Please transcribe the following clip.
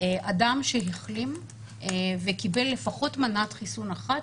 אדם שהחלים וקיבל לפחות מנת חיסון אחת,